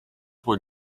were